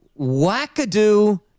wackadoo